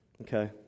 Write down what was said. okay